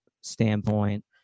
standpoint